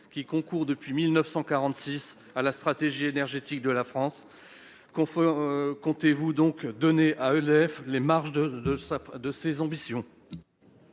qui concourt depuis 1946 à la stratégie énergétique de la France ? Comptez-vous donner à EDF les moyens de ses ambitions ?